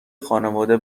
خانواده